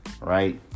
Right